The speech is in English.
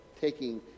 taking